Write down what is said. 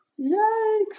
Yikes